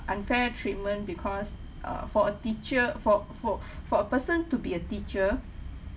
unfair treatment because uh for a teacher for for for a person to be a teacher